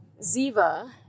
Ziva